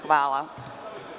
Hvala.